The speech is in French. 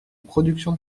production